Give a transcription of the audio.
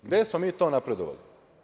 Gde smo mi to napredovali?